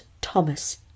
Thomas